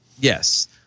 Yes